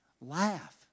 Laugh